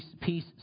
peace